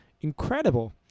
Incredible